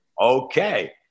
okay